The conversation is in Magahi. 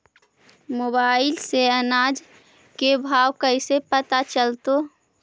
मोबाईल से अनाज के भाव कैसे पता चलतै?